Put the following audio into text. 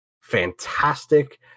fantastic